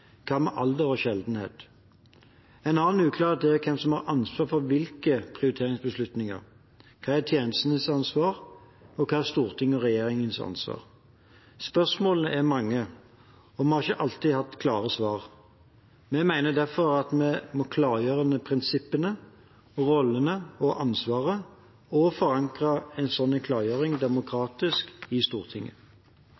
Hva med alder og sjeldenhet? En annen uklarhet er hvem som har ansvar for hvilke prioriteringsbeslutninger. Hva er tjenestens ansvar, og hva er Stortingets og regjeringens ansvar? Spørsmålene er mange, og vi har ikke alltid hatt klare svar. Vi mener derfor at vi må klargjøre prinsippene, rollene og ansvaret og forankre en slik klargjøring demokratisk i Stortinget. En